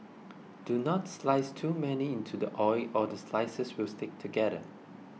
do not slice too many into the oil or the slices will stick together